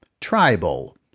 tribal